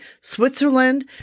Switzerland